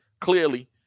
clearly